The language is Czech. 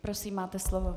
Prosím, máte slovo.